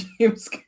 James